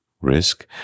risk